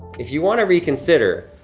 if you wanna reconsider,